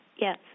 Yes